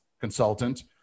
consultant